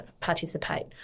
participate